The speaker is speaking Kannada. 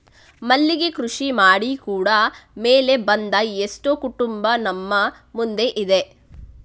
ಮಲ್ಲಿಗೆ ಕೃಷಿ ಮಾಡಿ ಕೂಡಾ ಮೇಲೆ ಬಂದ ಎಷ್ಟೋ ಕುಟುಂಬ ನಮ್ಮ ಮುಂದೆ ಇದೆ